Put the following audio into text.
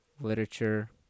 literature